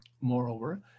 Moreover